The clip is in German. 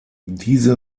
diese